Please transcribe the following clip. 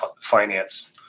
finance